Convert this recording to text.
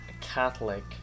Catholic